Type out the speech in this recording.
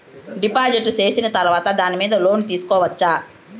డిపాజిట్లు సేసిన తర్వాత దాని మీద లోను తీసుకోవచ్చా?